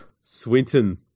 Swinton